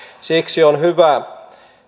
siksi on hyvä